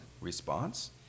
response